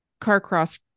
Carcross